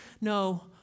no